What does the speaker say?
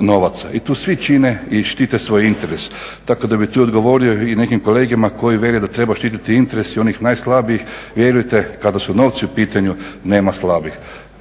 novaca i tu svi čine i štite svoj interes, tako da bih tu odgovorio i nekim kolegama koji vele da treba štititi i interes i onih najslabijih. Vjerujte kada su novci u pitanju nema slabih.